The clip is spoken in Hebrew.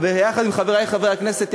יחד עם חברי חברי הכנסת,